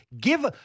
give